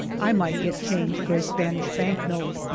i might get change for a spanish bank-note.